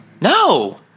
no